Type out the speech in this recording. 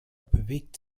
bewegt